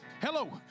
Hello